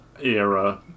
era